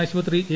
ആശുപത്രി എ